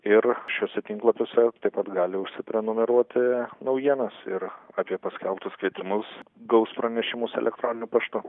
ir šiuose tinklapiuose taip pat gali užsiprenumeruoti naujienas ir apie paskelbtus kvietimus gaus pranešimus elektroniniu paštu